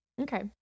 okay